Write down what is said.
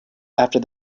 after